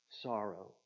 sorrow